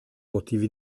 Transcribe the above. motivi